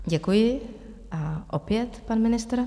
Děkuji a opět pan ministr.